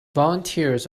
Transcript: volunteers